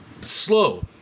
slow